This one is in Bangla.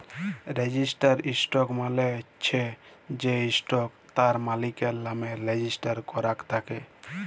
রেজিস্টার্ড স্টক মালে চ্ছ যে স্টক তার মালিকের লামে রেজিস্টার করাক থাক্যে